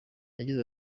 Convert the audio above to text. yagize